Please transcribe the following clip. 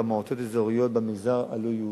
במועצות האזוריות במגזר הלא-יהודי.